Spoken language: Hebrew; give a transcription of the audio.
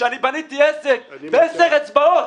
שאני בניתי עסק בעשר אצבעות.